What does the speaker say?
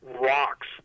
rocks